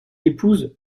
épouse